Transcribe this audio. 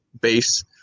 base